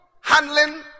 handling